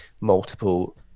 multiple